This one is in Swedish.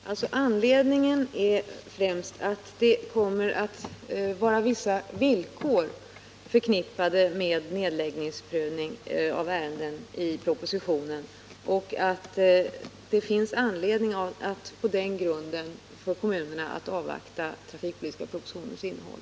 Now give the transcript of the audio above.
Herr talman! Det viktigaste är att det i propositionen kommer att föreslås att vissa villkor skall vara förknippade med nedläggningsprövning. Därför finns det för kommunernas del anledning att avvakta och ta del av den trafikpolitiska propositionens innehåll.